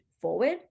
forward